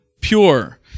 pure